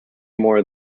more